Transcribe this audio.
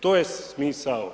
To je smisao.